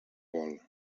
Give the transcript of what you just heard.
vol